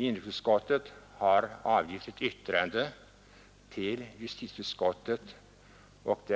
Inrikesutskottet har avgivit ett yttrande till justitieutskottet och